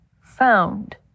found